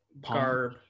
garb